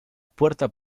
puerta